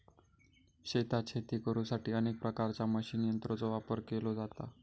शेतात शेती करुसाठी अनेक प्रकारच्या मशीन यंत्रांचो वापर केलो जाता